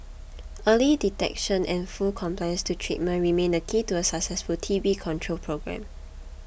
early detection and full compliance to treatment remain the key to a successful T B control programme